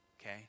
Okay